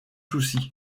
souci